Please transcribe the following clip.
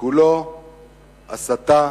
שכולו הסתה,